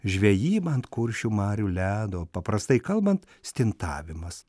žvejyba ant kuršių marių ledo paprastai kalbant stintavimas